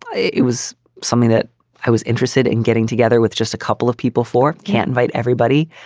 it was something that i was interested in getting together with just a couple of people for can't invite everybody.